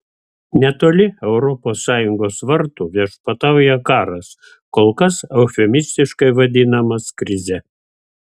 netoli europos sąjungos vartų viešpatauja karas kol kas eufemistiškai vadinamas krize